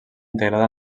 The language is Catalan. integrada